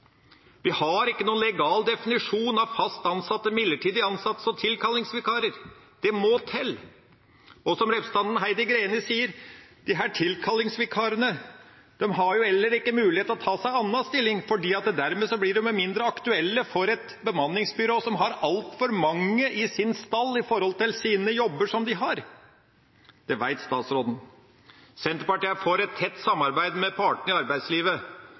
Vi har ikke noen legal definisjon av fast ansatte og midlertidig ansatte som tilkallingsvikarer. Det må til. Som representanten Heidi Greni sier: Disse tilkallingsvikarene har heller ikke mulighet til å ta seg annen stilling, fordi de dermed blir mindre aktuelle for et bemanningsbyrå, som har altfor mange i sin stall i forhold til de jobbene de har. Det vet statsråden. Senterpartiet er for et tett samarbeid med partene i arbeidslivet,